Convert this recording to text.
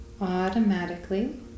automatically